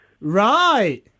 Right